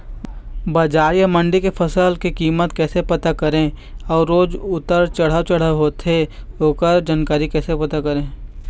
बजार या मंडी के फसल के कीमत के पता कैसे करें अऊ रोज उतर चढ़व चढ़व होथे ओकर जानकारी कैसे पता करें?